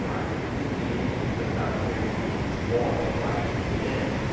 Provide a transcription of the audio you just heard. i think the anti-totalitarian niebuhr was broadly right in the end.